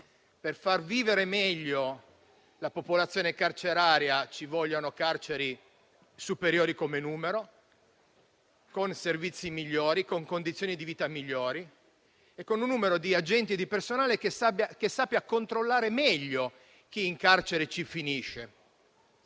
per far vivere meglio la popolazione carceraria ci vuole un numero superiore di carceri, con servizi migliori, con condizioni di vita migliori e con un numero di agenti e di personale che sappia controllare meglio chi in carcere ci finisce,